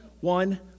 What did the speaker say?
one